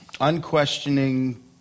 unquestioning